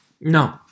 No